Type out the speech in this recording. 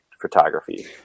photography